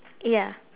ya